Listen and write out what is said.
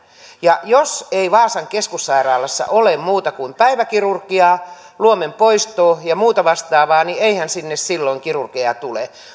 ja jos ei vaasan keskussairaalassa ole muuta kuin päiväkirurgiaa luomenpoistoa ja muuta vastaavaa niin eihän sinne silloin kirurgeja tule